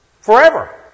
forever